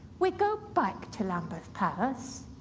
we go back to lambeth palace,